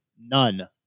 none